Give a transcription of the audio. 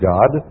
God